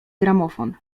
gramofon